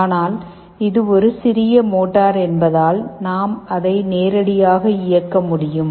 ஆனால் இது ஒரு சிறிய மோட்டார் என்பதால் நாம் அதை நேரடியாக இயக்க முடியும்